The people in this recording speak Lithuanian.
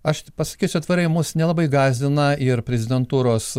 aš pasakysiu atvirai mus nelabai gąsdina ir prezidentūros